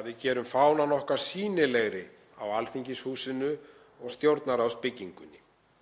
að við gerum fánann okkar sýnilegri á Alþingishúsinu og á Stjórnarráðsbyggingunni.